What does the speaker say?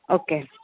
okay